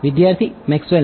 વિદ્યાર્થી મેક્સવેલનું